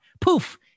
poof